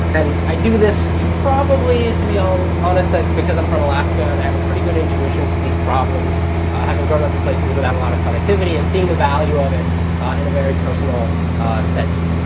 and i do this probably, to be all honest, because i'm from alaska and i have a pretty good intuition for these problems. i haven't grown up in places without a lot of connectivity and seen the value of it in a very personal sense.